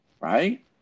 right